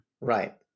Right